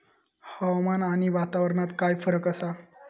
हवामान आणि वातावरणात काय फरक असा?